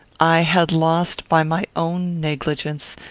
i had lost, by my own negligence,